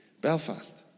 Belfast